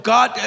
God